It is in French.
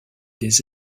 des